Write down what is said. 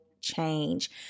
change